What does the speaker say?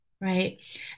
right